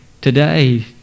Today